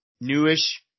newish